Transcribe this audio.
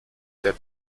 der